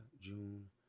June